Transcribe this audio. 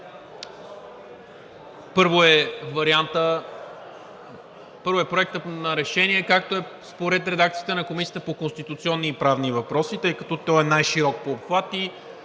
Първо е Проектът на решение, както е според редакцията на Комисията по конституционни и правни въпроси, тъй като той е най-широк по обхват и